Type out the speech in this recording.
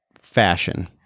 fashion